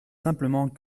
simplement